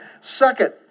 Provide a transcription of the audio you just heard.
Second